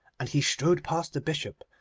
and he strode past the bishop,